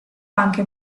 anche